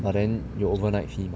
but then 有 overnight fee 吗